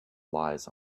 lies